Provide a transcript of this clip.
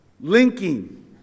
Linking